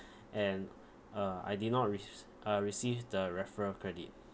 and uh I did not rec~ uh received the referral credit